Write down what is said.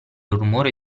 rumore